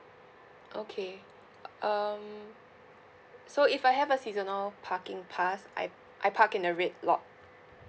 okay uh um so if I have a seasonal parking pass I I park in a red lot